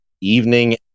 evening